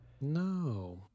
No